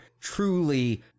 truly